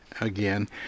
again